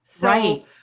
Right